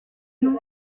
non